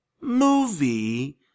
movie